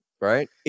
right